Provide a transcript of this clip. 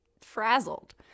frazzled